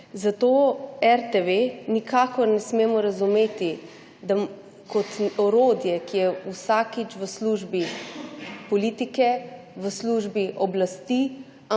Zato RTV nikakor ne smemo razumeti kot orodje, ki je vsakič v službi politike, v službi oblasti,